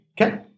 Okay